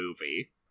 movie